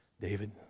David